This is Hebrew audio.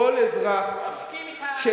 חבר הכנסת טיבי, חבר הכנסת טיבי, בלתי אפשרי.